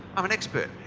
i'm an expert.